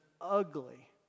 ugly